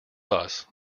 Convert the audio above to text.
bus